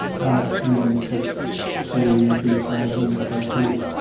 glass frame with sayings inside them or cartoons.